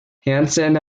hansen